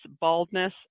baldness